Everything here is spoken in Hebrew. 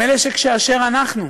הם אלה, שכאשר אנחנו מבלים,